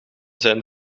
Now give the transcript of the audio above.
zijn